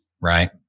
right